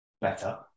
better